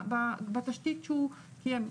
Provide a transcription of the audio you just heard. בתשתית שהוא קיים,